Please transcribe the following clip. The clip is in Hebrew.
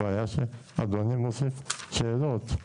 הבעיה שאדוני מוסיף שאלות.